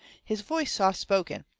his voice soft-spoken,